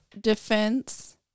defense